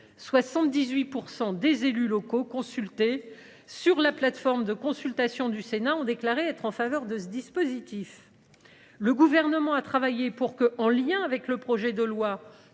78 % des élus locaux ayant répondu à la consultation du Sénat se sont déclarés en faveur de ce dispositif. Le Gouvernement a travaillé pour que, en lien avec le projet de loi